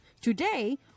Today